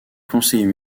conseiller